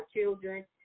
children